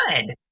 Good